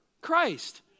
Christ